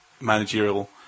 managerial